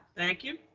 thank you.